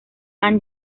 han